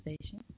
station